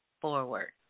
forward